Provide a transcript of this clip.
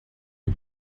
you